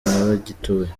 n’abagituye